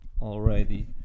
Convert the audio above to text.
already